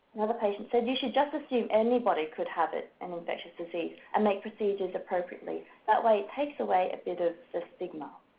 another patient said, you should just assume anybody could have it, an infectious disease, and make procedures appropriately. that way it takes away a bit of the stigma.